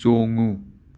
ꯆꯣꯡꯉꯨ